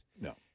No